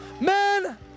Man